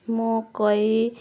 मकै